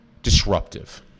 disruptive